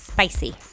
Spicy